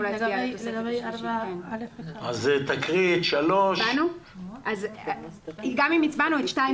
תעברי לסעיף 5. אם הצבענו על סעיף (3),